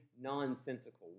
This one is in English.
nonsensical